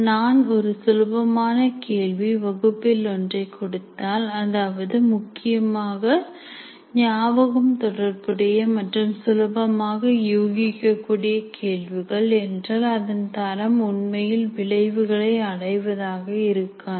நான் ஒரு மிக சுலபமான கேள்வி வகுப்பில் ஒன்றை கொடுத்தால் அதாவது முக்கியமாக ஞாபகம் தொடர்புடைய மற்றும் சுலபமாக யூகிக்கக்கூடிய கேள்விகள் குறைவான மதிப்பீடாக என்றால் அதன்தரம் உண்மையில் விளைவுகளை அடைவதாக இருக்காது